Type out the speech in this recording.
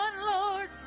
Lord